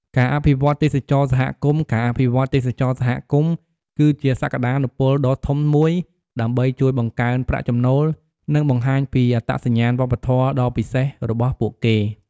ការអភិវឌ្ឍន៍ទេសចរណ៍សហគមន៍ ការអភិវឌ្ឍន៍ទេសចរណ៍សហគមន៍ គឺជាសក្តានុពលដ៏ធំមួយដើម្បីជួយបង្កើនប្រាក់ចំណូល និងបង្ហាញពីអត្តសញ្ញាណវប្បធម៌ដ៏ពិសេសរបស់ពួកគេ។